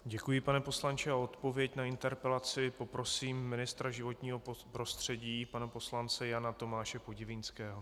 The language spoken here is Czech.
Děkuji, pane poslanče a o odpověď na interpelaci poprosím ministra životního prostředí pana poslance Jana Tomáše Podivínského.